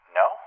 no